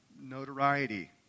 notoriety